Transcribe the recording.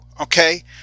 okay